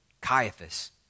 Caiaphas